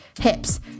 hips